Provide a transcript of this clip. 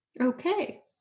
Okay